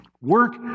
work